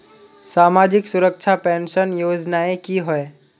सामाजिक सुरक्षा पेंशन योजनाएँ की होय?